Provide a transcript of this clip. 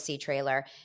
trailer